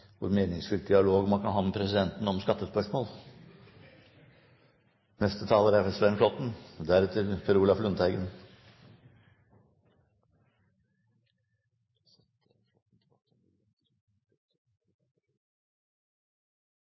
hvor meningsfylt dialog man kan ha med presidenten om skattespørsmål.